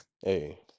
Hey